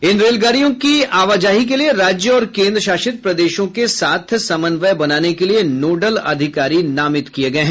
इन रेलगाडियों की आवाजाही के लिए राज्य और केन्द्र शासित प्रदेशों के साथ समन्वय बनाने के लिए नोडल अधिकारी नामित किये गये हैं